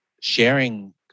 sharing